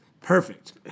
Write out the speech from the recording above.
Perfect